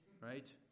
right